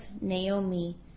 Naomi